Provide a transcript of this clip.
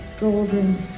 golden